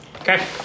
Okay